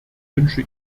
wünsche